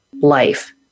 life